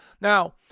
Now